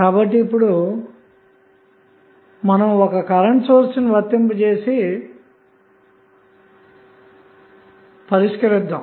కాబట్టి ఇప్పుడు మనం ఒక కరెంటు సోర్స్ ని జోడించి పరిష్కరిద్దాము